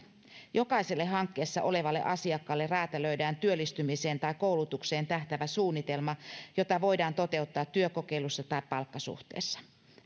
jokaiselle hankkeessa olevalle asiakkaalle räätälöidään työllistymiseen tai koulutukseen tähtäävä suunnitelma jota voidaan toteuttaa työkokeilussa tai palkkasuhteessa